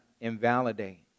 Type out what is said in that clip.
invalidate